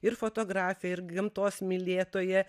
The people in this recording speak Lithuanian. ir fotografė ir gamtos mylėtoja